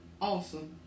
awesome